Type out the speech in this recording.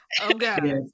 okay